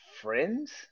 friends